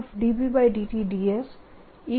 dsEMF છે